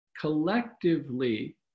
collectively